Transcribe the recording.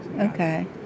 Okay